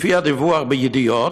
לפי הדיווח בידיעות,